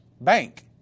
bank